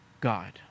God